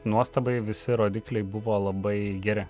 nuostabai visi rodikliai buvo labai geri